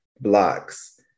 blocks